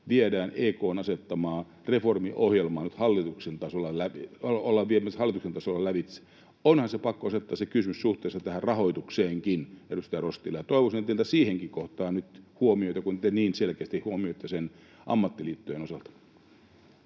tavalla EK:n asettamaa reformiohjelmaa nyt ollaan viemässä hallituksen tasolla lävitse. Onhan se kysymys pakko asettaa suhteessa tähän rahoitukseenkin, edustaja Rostila. Toivoisin teiltä siihenkin kohtaan nyt huomiota, kun te niin selkeästi huomioitte sen ammattiliittojen osalta.